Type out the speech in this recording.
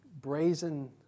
brazen